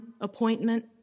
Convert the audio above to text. appointment